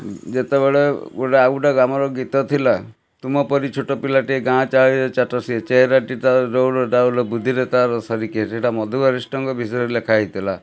ଯେତେବେଳେ ଗୋଟେ ଆଉ ଗୋଟେ ଆମର ଗୀତ ଥିଲା ତୁମପରି ଛୋଟ ପିଲାଟିଏ ଗାଁ ଚାହାଳୀରେ ଚାଟ ସିଏ ଚେହେରାଟି ତା'ର ଡଉଲ ଡାଉଲ ବୁଦ୍ଧିରେ ତାର ସରି କିଏ ସେଇଟା ମଧୁ ବାରିଷ୍ଟରଙ୍କ ବିଷୟରେ ଲେଖା ହେଇଥିଲା